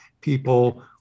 people